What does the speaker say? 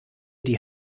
die